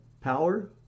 power